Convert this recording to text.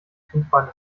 flugbahn